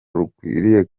rukwiriye